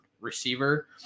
receiver